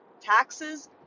taxes